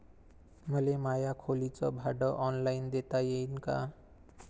मले माया खोलीच भाड ऑनलाईन देता येईन का?